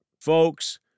Folks